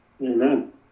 amen